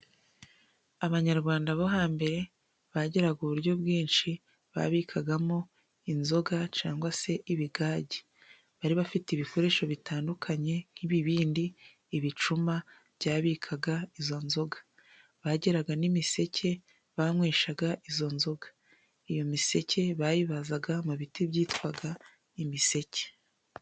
Abanyarwanda bo hambere bagiraga uburyo bwinshi babikagamo inzoga cyangwa se ibigage. Bari bafite ibikoresho bitandukanye nk'ibibindi, ibicuma byabikaga izo nzoga. Bagiraga n'imiseke banyweshaga izo nzoga. Iyo miseke bayibazaga mu biti byitwaga imiseke.